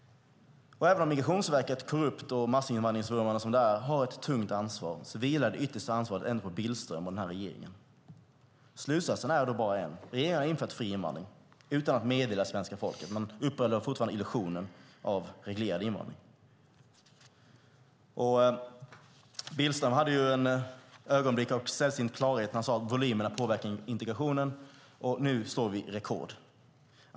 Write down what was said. Även om Migrationsverket är korrupt, vurmar för massinvandring och har ett tungt ansvar så vilar det yttersta ansvaret på Billström och på regeringen. Slutsatsen är endast en: Regeringen har infört fri invandring utan att meddela svenska folket men uppehåller fortfarande illusionen av reglerad invandring. Billström hade ett ögonblick av sällsynt klarhet när han sade att volymerna påverkar integrationen. Och nu slår vi rekord.